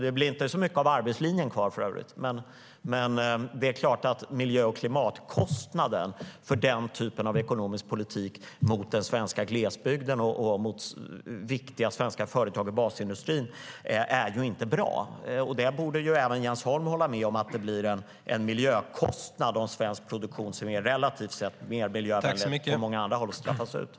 Det blir inte mycket av arbetslinjen kvar, men miljö och klimatkostnaden för den typen av ekonomisk politik mot den svenska glesbygden och mot viktiga svenska företag inom basindustrin är inte bra. Även Jens Holm borde hålla med om att det blir en miljökostnad om svensk produktion, som är relativt sett miljövänligare än produktionen på många andra håll, straffas ut.